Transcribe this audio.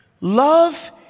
love